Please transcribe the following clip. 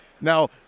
Now